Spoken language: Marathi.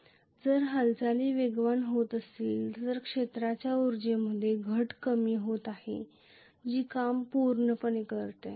आणि जर हालचाली वेगवान होत असतील तर क्षेत्राच्या उर्जेमध्ये घट कमी होत आहे जी काम पूर्ण करते